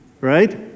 right